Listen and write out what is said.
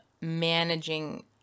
managing